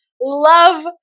love